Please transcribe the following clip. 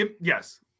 Yes